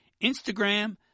Instagram